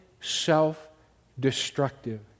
self-destructive